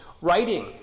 writing